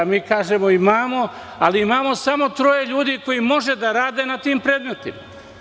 Mi kažemo da imamo, ali imamo samo troje ljudi koji mogu da rade na tim predmetima.